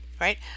right